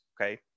okay